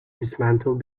dismantled